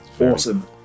awesome